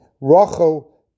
Rachel